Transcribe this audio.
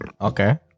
Okay